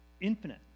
infinite